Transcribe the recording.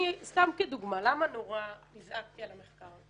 סתם כדוגמה, למה נורא נזעקתי על המחקר?